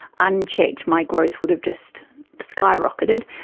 unchecked, my growth would have just skyrocketed.